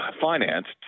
financed